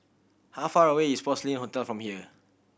how far away is Porcelain Hotel from here